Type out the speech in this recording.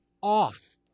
off